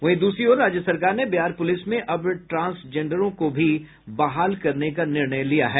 वहीं दूसरी ओर राज्य सरकार ने बिहार पुलिस में अब ट्रांसजेंडरों को भी बहाल करने का निर्णय किया है